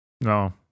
No